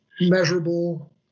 measurable